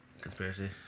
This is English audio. conspiracy